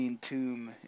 tomb